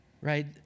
Right